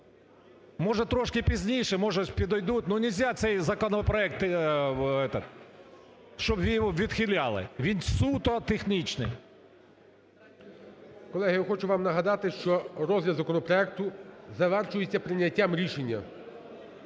Може трошки пізніше, може ж підійдуть. Нельзя цей законопроект, щоб відхиляли. Він суто технічний. ГОЛОВУЮЧИЙ. Колеги, я хочу вам нагадати, що розгляд законопроекту завершується прийняттям рішення.